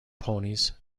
ponies